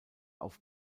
auf